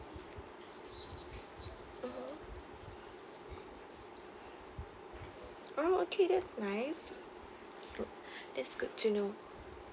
mmhmm oh okay that's nice oh that's good to know